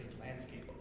Landscape